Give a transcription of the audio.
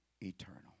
eternal